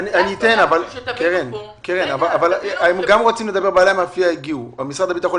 אני רוצה לשמוע את בעלי המאפייה שהגיעו לכאן וגם את משרד הביטחון.